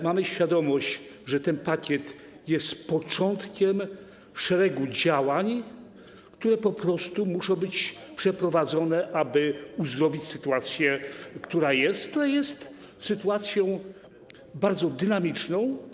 Mamy świadomość, że ten pakiet jest początkiem szeregu działań, które po prostu muszą być przeprowadzone, aby uzdrowić sytuację, którą mamy i która jest bardzo dynamiczna.